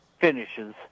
finishes